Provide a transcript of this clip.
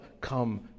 come